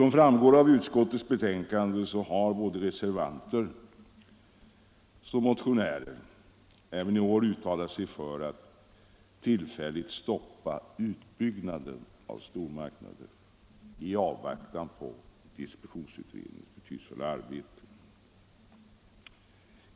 Som framgår av utskottets betänkande har både reservanter och motionärer även i år uttalat sig för att tillfälligt stoppa utbyggnaden av stormarknader, i avvaktan på distributionsutredningens betydelsefulla arbete.